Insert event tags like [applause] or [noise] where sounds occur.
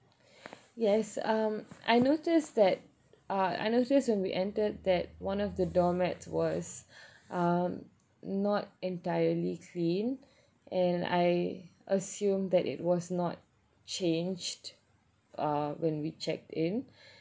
[breath] yes um I noticed that uh I noticed when we entered that one of the doormats was um not entirely clean and I assume that it was not changed uh when we checked in